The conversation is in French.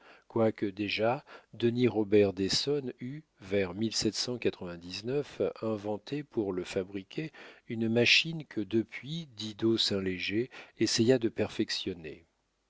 quoique déjà denis robert d'essone eût vers inventé pour le fabriquer une machine que depuis didot saint léger essaya de perfectionner